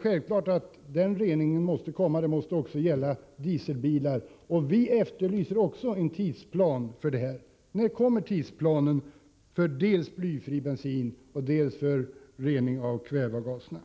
Självfallet anser vi att en sådan rening måste införas och att detta också skall gälla dieseldrivna bilar. Vi efterlyser en tidsplan för detta. När får vi förslag till tidsplan dels för införande av blyfri bensin, dels för rening av kväveavgaserna?